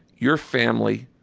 your family,